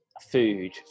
food